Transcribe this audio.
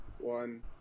one